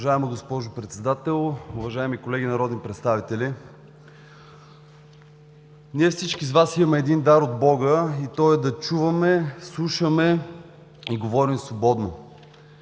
Уважаема госпожо Председател, уважаеми колеги народни представители! Всички с Вас имаме дар от Бога – да чуваме, слушаме и говорим свободно.